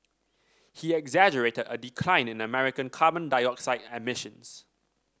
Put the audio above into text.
he exaggerated a decline in American carbon dioxide emissions